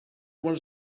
wanna